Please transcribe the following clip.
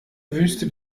wüste